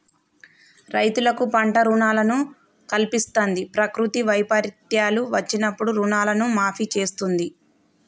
రైతులకు పంట రుణాలను కల్పిస్తంది, ప్రకృతి వైపరీత్యాలు వచ్చినప్పుడు రుణాలను మాఫీ చేస్తుంది